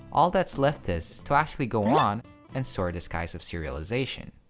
all that's left is to actually go on and soar the skies of serialization.